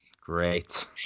Great